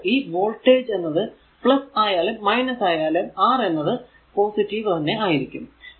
അതായതു ഈ വോൾടേജ് എന്നത് ആയാലും ആയാലും R എന്നത് പോസിറ്റീവ് തന്നെ ആയിരിക്കും